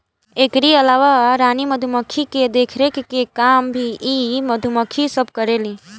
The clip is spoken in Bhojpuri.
एकरी अलावा रानी मधुमक्खी के देखरेख के काम भी इ मधुमक्खी सब करेली